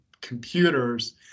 computers